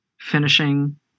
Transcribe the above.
finishing